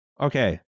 okay